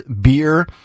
beer